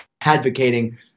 advocating